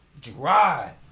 dry